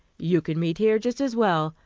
you can meet here just as well.